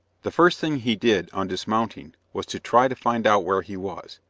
the first thing he did on dismounting was to try to find out where he was,